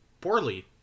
poorly